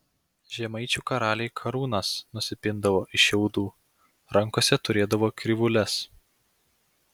žemaičių karaliai karūnas nusipindavo iš šiaudų rankose turėdavo krivūles